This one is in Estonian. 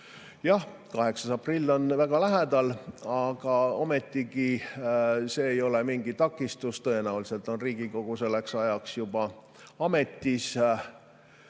Jah, 8. aprill on väga lähedal, aga ometi ei ole see mingi takistus. Tõenäoliselt on Riigikogu selleks ajaks juba ametis.